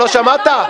לא שמעת?